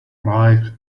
life